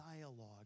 dialogue